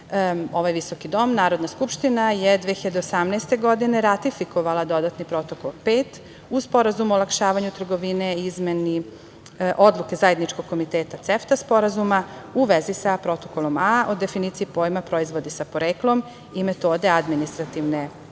Ovaj visoki dom, Narodna skupština je 2018. godine ratifikovala dodatni Protokol 5 uz Sporazum olakšavanju trgovine izmeni Odluke Zajedničkog komiteta CEFTA sporazuma u vezi sa Protokolom A o definiciji pojma „proizvodi sa poreklom“ i metode administrativne